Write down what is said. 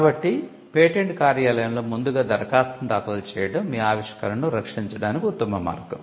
కాబట్టి పేటెంట్ కార్యాలయంలో ముందుగా దరఖాస్తును దాఖలు చేయడం మీ ఆవిష్కరణను రక్షించడానికి ఉత్తమ మార్గం